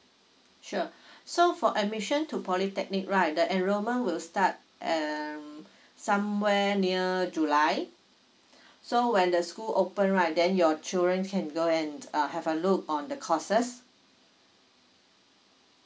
sure so for admission to polytechnic right the enrollment will start um somewhere near july so when the school open right then your children can go and uh have a look on the courses